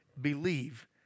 believe